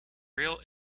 real